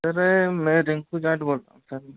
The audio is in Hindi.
सर मैं रिंकू जाट बोल रहा हूँ सर